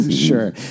Sure